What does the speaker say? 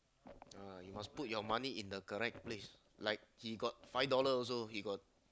uh you must put your money in the correct place like he got five dollar also he got